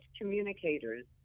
communicators